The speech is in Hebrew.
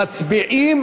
מצביעים